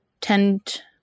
tend